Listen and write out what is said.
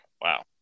wow